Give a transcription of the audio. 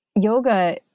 yoga